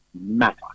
matter